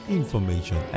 information